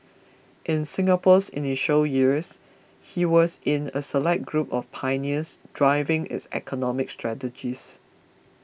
in Singapore's initial years he was in a select group of pioneers driving its economic strategies